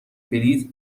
بلیت